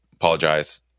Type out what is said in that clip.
Apologize